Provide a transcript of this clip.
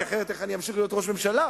כי אחרת איך אני אמשיך להיות ראש ממשלה,